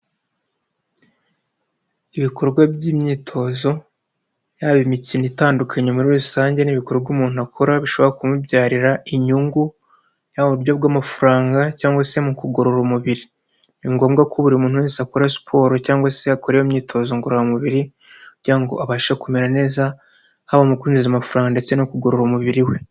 Ibikorwa by'imyitozo, yaba imikino itandukanye muri rusange n'ibikorwa umuntu akora bishobora kumubyarira inyungu, yaba uburyo bw'amafaranga cyangwa se mu kugorora umubiri, ni ngombwa ko buri muntu wese akora siporo cyangwa se yakore imyitozo ngororamubiri kugira ngo abashe kumera neza, haba mu kwinjiza amafaranga ndetse no kugorora umubiri we.